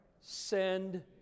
send